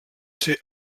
ser